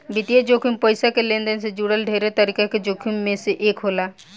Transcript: वित्तीय जोखिम पईसा के लेनदेन से जुड़ल ढेरे तरीका के जोखिम में से एक होला